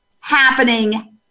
happening